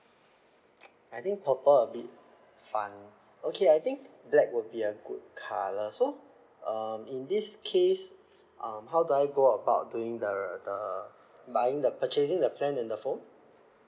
I think purple a bit fun okay I think black would be a good colour so um in this case um how do I go about doing the the buying the purchasing the plan and the phone